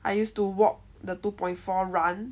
I used to walk the two point four run